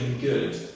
good